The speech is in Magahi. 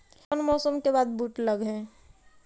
कोन मौसम के बाद बुट लग है?